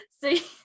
see